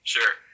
Sure